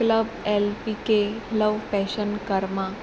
club L P K love passion Karma